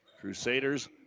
Crusaders